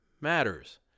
matters